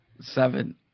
Seven